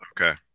okay